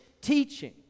teaching